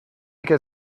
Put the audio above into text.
get